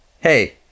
Hey